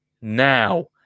now